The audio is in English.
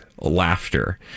laughter